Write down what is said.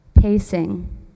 pacing